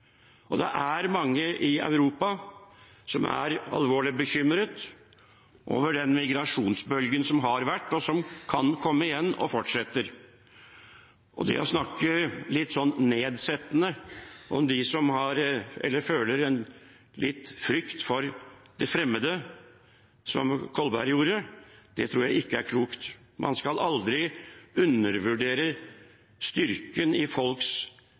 Det er mange i Europa som er alvorlig bekymret over den migrasjonsbølen som har vært, som kan komme igjen, og som fortsetter. Det å snakke litt nedsettende om dem som føler frykt for det fremmede, som Kolberg gjorde, tror jeg ikke er klokt. Man skal aldri undervurdere styrken i folks